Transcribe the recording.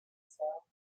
style